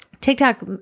TikTok